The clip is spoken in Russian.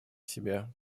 себе